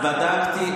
בדקתי.